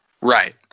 Right